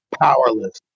powerless